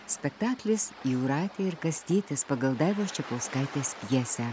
spektaklis jūratė ir kastytis pagal daivos čepauskaitės pjesę